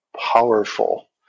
powerful